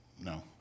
No